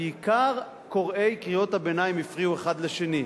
בעיקר קוראי קריאות הביניים הפריעו האחד לשני,